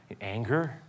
anger